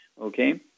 okay